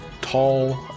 tall